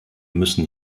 müssen